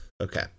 Okay